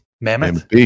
Mammoth